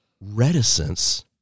reticence